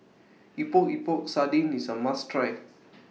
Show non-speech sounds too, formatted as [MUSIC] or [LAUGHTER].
Epok Epok Sardin IS A must Try [NOISE]